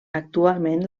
actualment